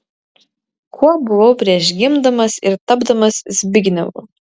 kuo buvau prieš gimdamas ir tapdamas zbignevu